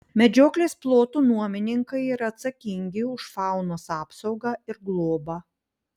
medžioklės plotų nuomininkai yra atsakingi už faunos apsaugą ir globą